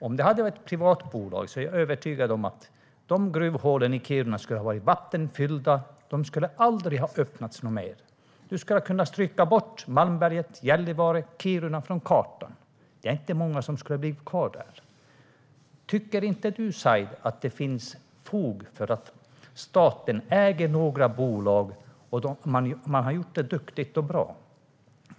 Om det hade varit privatägt hade jag varit övertygad om att gruvhålen i Kiruna skulle ha varit vattenfyllda i dag, och de skulle aldrig ha öppnats mer. Man skulle ha kunnat stryka Malmberget, Gällivare och Kiruna från kartan. Det är inte många som skulle ha blivit kvar där. Tycker inte du, Said, att det finns fog för att staten äger vissa bolag? Man har gjort det duktigt och bra.